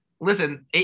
Listen